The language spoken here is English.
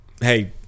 hey